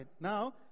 Now